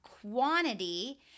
quantity